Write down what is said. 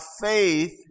faith